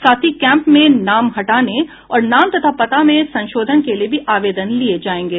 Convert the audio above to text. साथ ही केंप में नाम हटाने और नाम तथा पता में संशोधन के लिये भी आवेदन लिये जायेंगे